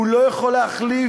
הוא לא יכול להחליף